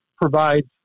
provides